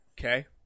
Okay